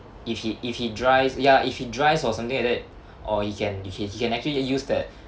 if he if he drives ya if he drives or something like that or he can he he can actually use that